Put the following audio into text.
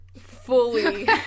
fully